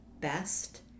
Best